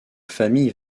famille